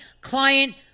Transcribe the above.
client